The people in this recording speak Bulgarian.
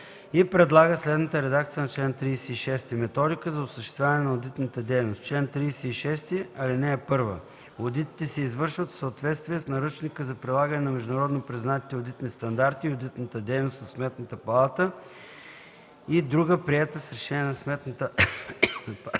и предлага следната редакция на чл. 36: „Методика за осъществяване на одитната дейност Чл. 36. (1) Одитите се извършват в съответствие с наръчника за прилагане на Международно признатите одитни стандарти и одитната дейност на Сметната палата и друга приета с решение на Сметната